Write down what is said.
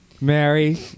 Mary